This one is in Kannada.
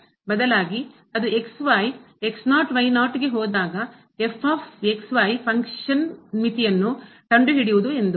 ಬದಲಾಗಿ ಅದು ಫಂಕ್ಷನ್ಮಿತಿಯನ್ನು ಕಂಡುಹಿಡಿಯುವುದು ಎಂದು